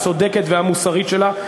הצודקת והמוסרית שלה.